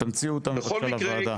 תמציאו אותם בבקשה לוועדה.